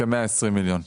כ-120 מיליון ₪.